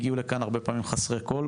הגיעו לכאן הרבה פעמים חסרי כל,